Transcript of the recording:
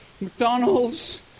McDonald's